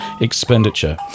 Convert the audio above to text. expenditure